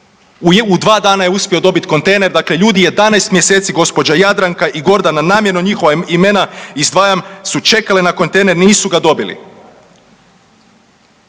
U dva dana je uspio dobit kontejner. Dakle ljudi 11 mjeseci gospođa Jadranka i Gordana, namjerno njihova imena izdvajam, su čekale na kontejner, nisu ga dobili.